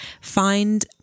find